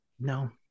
No